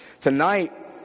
Tonight